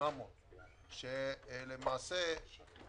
ששילמו לחברות נסיעות,